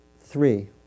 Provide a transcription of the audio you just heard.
three